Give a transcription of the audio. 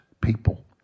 people